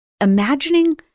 imagining